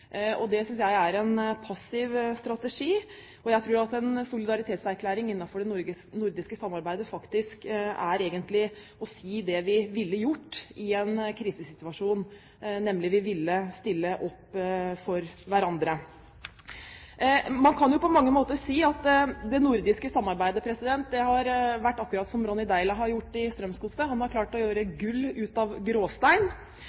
det høyt. Det synes jeg er en passiv strategi. Jeg tror at en solidaritetserklæring innenfor det nordiske samarbeidet egentlig er å si det vi ville gjort i en krisesituasjon, nemlig at vi ville stille opp for hverandre. Man kan jo på mange måter si at det nordiske samarbeidet har vært akkurat som det Ronny Deila har gjort i Strømsgodset: Man har klart å gjøre